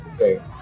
okay